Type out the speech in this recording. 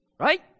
right